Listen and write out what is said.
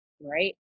right